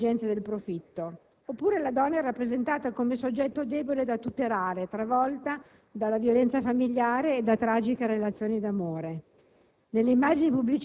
e dalle esigenze del profitto. Oppure la donna è rappresentata come soggetto debole da tutelare, travolta dalla violenza familiare e da tragiche relazioni d'amore.